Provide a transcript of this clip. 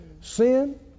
sin